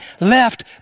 left